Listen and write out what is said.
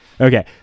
Okay